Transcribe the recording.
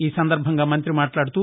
ఈసందర్బంగా మంతి మాట్లాడుతూ